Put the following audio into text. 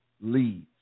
Leads